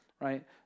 right